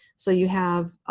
so you have